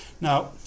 Now